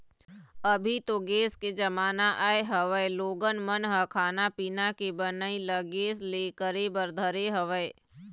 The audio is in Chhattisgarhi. अभी तो गेस के जमाना आय हवय लोगन मन ह खाना पीना के बनई ल गेस ले करे बर धरे हवय